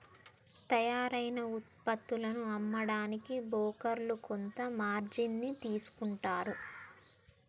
తయ్యారైన వుత్పత్తులను అమ్మడానికి బోకర్లు కొంత మార్జిన్ ని తీసుకుంటారు